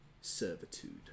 servitude